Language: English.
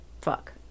fuck